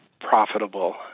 profitable